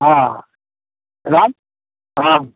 हाँ राज हाँ